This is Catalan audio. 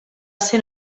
ser